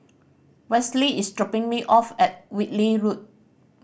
Westley is dropping me off at Whitley Road